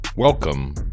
Welcome